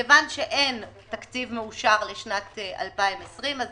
מכיוון שאין תקציב מאושר לשנת 2020 אז